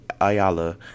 Ayala